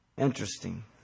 Interesting